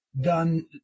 done